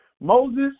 Moses